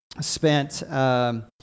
spent